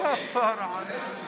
חבר הכנסת